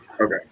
Okay